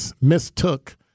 mistook